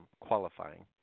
qualifying